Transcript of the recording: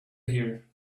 here